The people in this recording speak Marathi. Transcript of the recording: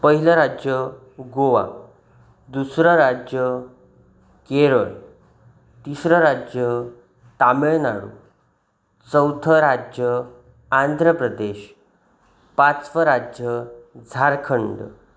पहिलं राज्य गोवा दुसरं राज्य केरळ तिसरं राज्य तामीळनाडू चौथ राज्य आंध्रप्रदेश पाचवं राज्य झारखंड